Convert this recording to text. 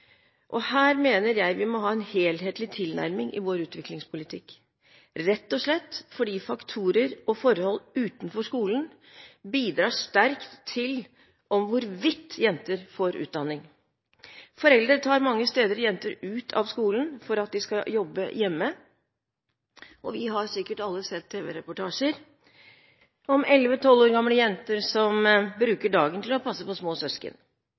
Her mener jeg vi må ha en helhetlig tilnærming i vår utviklingspolitikk, rett og slett fordi faktorer og forhold utenfor skolen bidrar sterkt til hvorvidt jenter får utdanning. Foreldre tar mange steder jenter ut av skolen for at de skal jobbe hjemme, og vi har sikkert alle sett tv-reportasjer om 11–12 år gamle jenter som bruker dagen til å passe på små søsken,